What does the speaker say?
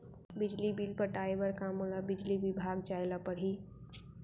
बिजली बिल पटाय बर का मोला बिजली विभाग जाय ल परही?